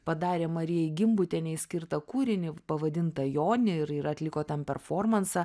padarė marijai gimbutienei skirtą kūrinį pavadintą joni ir ir atliko ten performansą